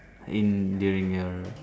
in during your